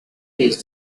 faced